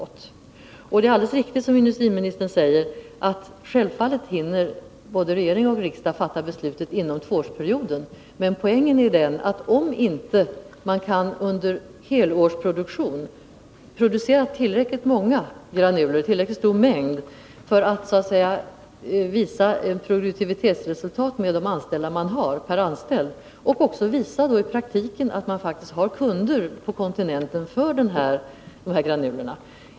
Det är alldeles riktigt som industriministern säger att både regeringen och riksdagen självfallet hinner fatta beslut under tvåårsperioden. Men det gäller att under perioden kunna tillverka tillräckligt stora mängder granuler för att kunna visa ett tillräckligt produktivitetsresultat per anställd för att i praktiken visa att man har kunder på kontinenten för så mycket granuler.